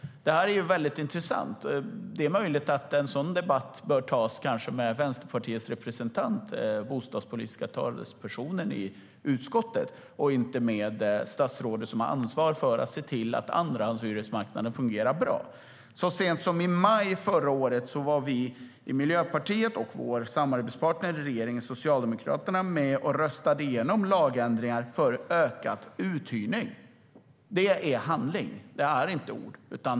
Detta är mycket intressant. Det är möjligt att en sådan debatt kanske bör tas med Vänsterpartiets bostadspolitiske talesperson i utskottet och inte med det statsråd som har ansvar för att se till att andrahandshyresmarknaden fungerar bra. Så sent som i maj förra året var vi i Miljöpartiet och vår samarbetspartner i regeringen, Socialdemokraterna, med och röstade igenom lagändringar för ökad uthyrning. Det är handling och inte ord.